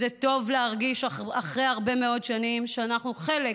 וזה טוב להרגיש אחרי הרבה מאוד שנים שאנחנו חלק